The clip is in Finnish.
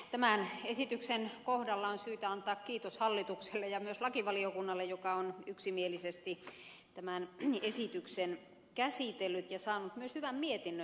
tämän esityksen kohdalla on syytä antaa kiitos hallitukselle ja myös lakivaliokunnalle joka on yksimielisesti tämän esityksen käsitellyt ja saanut myös hyvän mietinnön aikaan